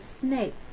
snake